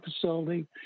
facility